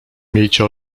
miejcie